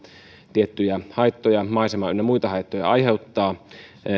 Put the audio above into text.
tiettyjä haittoja maisema ynnä muuta haittoja aiheuttaa